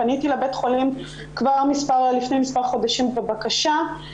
פניתי לבית חולים לפני מספר חודשים בבקשה,